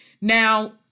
Now